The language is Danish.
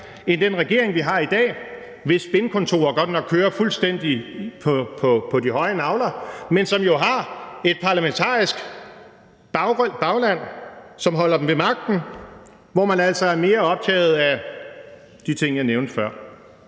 hos den regering, vi har i dag, hvis spinkontorer godt nok kører på de høje nagler, men som jo har et parlamentarisk bagland, der holder dem ved magten, og hvor man altså er mere optaget af de ting, jeg nævnte før.